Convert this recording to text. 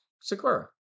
Sakura